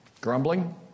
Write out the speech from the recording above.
Grumbling